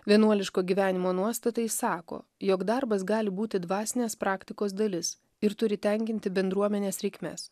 vienuoliško gyvenimo nuostatai sako jog darbas gali būti dvasinės praktikos dalis ir turi tenkinti bendruomenės reikmes